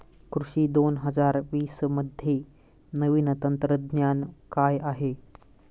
कृषी दोन हजार वीसमध्ये नवीन तंत्रज्ञान काय आहे?